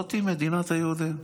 וזאת היא מדינת היהודים.